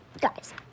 Guys